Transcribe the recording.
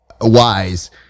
wise